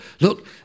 look